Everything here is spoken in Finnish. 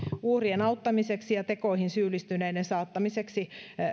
uhrien auttamiseksi ja tekoihin syyllistyneiden saattamiseksi